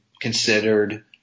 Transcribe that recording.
considered